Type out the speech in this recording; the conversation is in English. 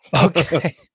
Okay